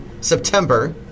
september